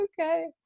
okay